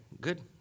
good